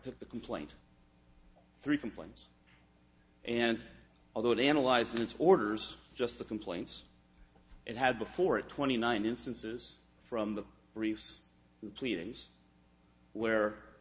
at the complaint three complains and although it analyzed its orders just the complaints it had before it twenty nine instances from the briefs pleadings where